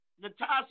Natasha